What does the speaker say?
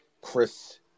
Chris